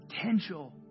potential